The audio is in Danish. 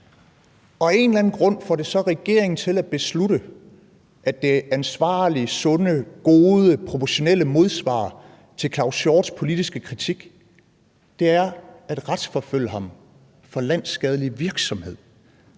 af en eller anden grund får det så regeringen til at beslutte, at det ansvarlige, sunde, gode, proportionelle modsvar til Claus Hjort Frederiksens politiske kritik er at retsforfølge ham for landsskadelig virksomhed.